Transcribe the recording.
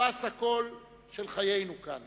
פס הקול של חיינו כאן